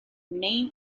main